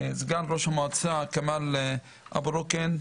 סגן ראש המועצה כמאל אבו רוקון.